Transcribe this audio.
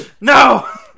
No